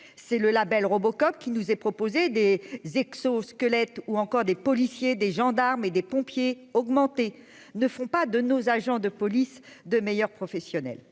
c'est le Label Robocop qui nous est proposé des exosquelettes ou encore des policiers, des gendarmes et des pompiers augmenter ne font pas de nos agents de police de meilleurs professionnels